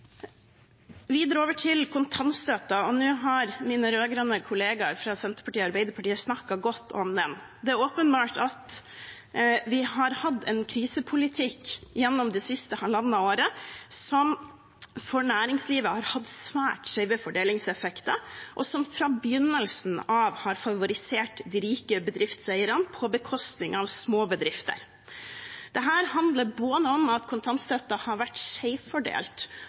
Videre over til kontantstøtten. Nå har mine rød-grønne kollegaer fra Senterpartiet og Arbeiderpartiet snakket godt om den. Det er åpenbart at vi har hatt en krisepolitikk gjennom det siste halvannet året som for næringslivet har hatt svært skjeve fordelingseffekter, og som fra begynnelsen av har favorisert de rike bedriftseierne på bekostning av små bedrifter. Dette handler om at kontantstøtten både har vært